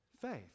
Faith